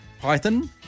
python